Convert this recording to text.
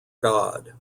god